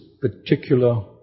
particular